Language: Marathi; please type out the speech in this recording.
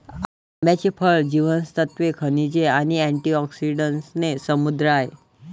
आंब्याचे फळ जीवनसत्त्वे, खनिजे आणि अँटिऑक्सिडंट्सने समृद्ध आहे